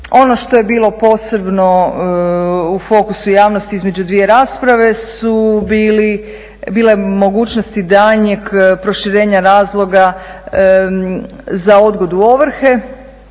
Ono što je bilo posebno u fokusu javnosti između dvije rasprave su bile mogućnosti danjeg proširenja razloga za odgodu ovrhe.